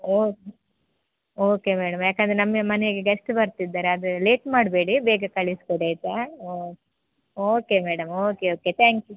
ಓ okay madam ಯಾಕಂದರೆ ನಮಗೆ ಮನೆಗೆ ಗೆಸ್ಟ್ ಬರ್ತಿದ್ದಾರೆ ಅದು ಲೇಟ್ ಮಾಡಬೇಡಿ ಬೇಗ ಕಳಿಸ್ಕೊಡಿ ಆಯಿತಾ okay okay madam okay okay thank you